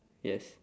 yes